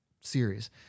series